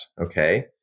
Okay